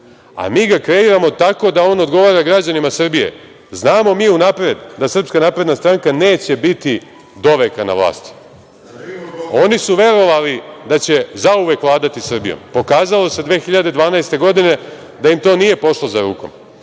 a mi ga kreiramo tako da on odgovara građanima Srbije. Znamo mi unapred da SNS neće biti doveka na vlasti. Oni su verovali da će zauvek vladati Srbijom. Pokazalo se 2012. godine da im to nije pošlo za rukom.